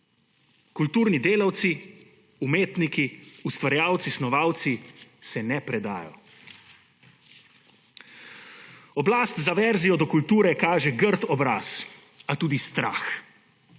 Kulturni delavci, umetniki, ustvarjalci, snovalci se ne predajo. Oblast za verzijo do kulture kaže grd obraz, a tudi strah.